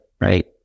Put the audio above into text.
Right